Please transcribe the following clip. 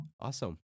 Awesome